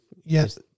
Yes